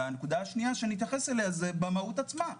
והנקודה השנייה שאני אתייחס אליה היא במהות עצמה,